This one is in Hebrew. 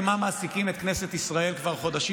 במה מעסיקים את כנסת ישראל כבר חודשים